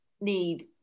need